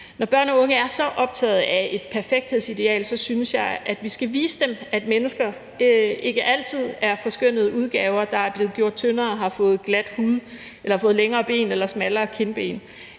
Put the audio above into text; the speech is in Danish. Når børn og unge er så optaget af et perfekthedsideal, synes jeg, at vi skal vise dem, at mennesker ikke altid er forskønnede udgaver, der er blevet gjort tyndere, har fået glat hud eller har fået længere ben eller smallere kindben.